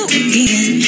again